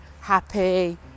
happy